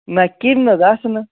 نہ کیٚمۍ نہ حظ آسن نہٕ